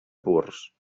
purs